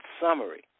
summary